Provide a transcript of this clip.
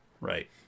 right